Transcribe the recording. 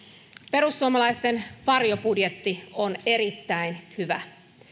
perussuomalaisten varjobudjetti on erittäin hyvä